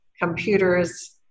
computers